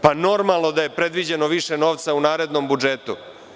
Pa, normalno da je predviđeno više novca u narednom budžetu.